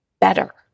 better